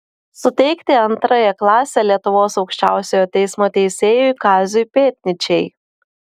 suteikti antrąją klasę lietuvos aukščiausiojo teismo teisėjui kaziui pėdnyčiai